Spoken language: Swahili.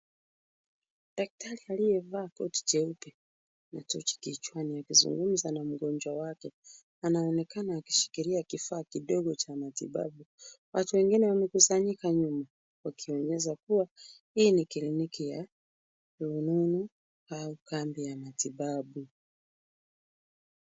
Daktari aliyevaa koti jeupe na tochi kichwani, akizungumza na mgonjwa wake, anaonekana akishikilia kifaa kidogo cha matibabu. Watu wengine wamekusanyika nyuma, wakionyesha kuwa hii ni kliniki ya rununu au kambi ya matibabu.